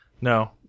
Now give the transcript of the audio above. No